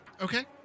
Okay